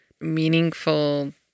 meaningful